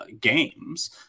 games